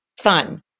Fun